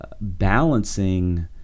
balancing